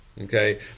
Okay